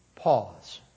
Pause